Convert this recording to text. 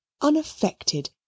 unaffected